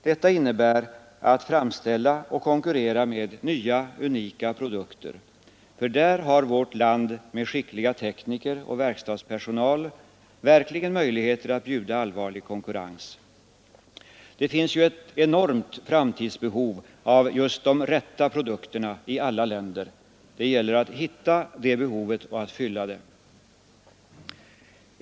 Detta innebär att framställa och konkurrera med nya unika produkter — ty där har vårt land med skickliga tekniker och verkstadspersonal verkligen möjligheter att bjuda allvarlig konkurrens. Det finns ett enormt framtidsbehov av just ”de rätta” produkterna i alla länder — det gäller att hitta det behovet och att fylla det.